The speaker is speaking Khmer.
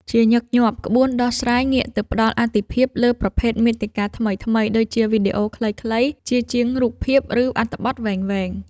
ជាញឹកញាប់ ក្បួនដោះស្រាយងាកទៅផ្ដល់អាទិភាពលើប្រភេទមាតិកាថ្មីៗ ដូចជាវីដេអូខ្លីៗជាជាងរូបភាព ឬអត្ថបទវែងៗ។